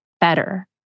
better